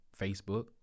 Facebook